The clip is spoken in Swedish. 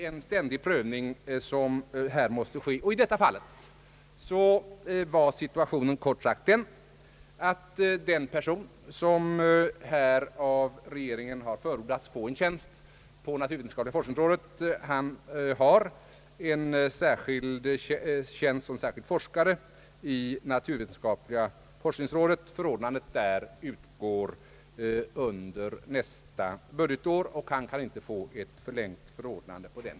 En ständig prövning måste här ske. I detta fall var situationen kort sagt att den person som av regeringen förordats få en tjänst på naturvetenskapliga forskningsrådet har en tjänst som särskild forskare i rådet. Förordnandet utgår under nästa budgetår och han kan inte få det förlängt.